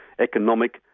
economic